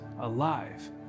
alive